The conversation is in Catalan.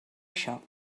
això